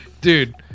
dude